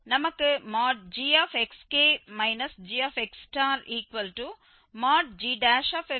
நமக்கு gxk gxgxk x கிடைக்கும்